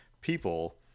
people